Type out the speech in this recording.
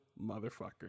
motherfucker